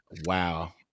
Wow